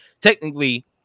technically